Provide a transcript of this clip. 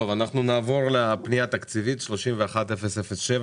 אנחנו נעבור לפנייה התקציבית, 31-007,